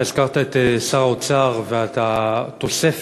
אתה הזכרת את שר האוצר ואת התוספת,